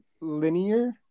linear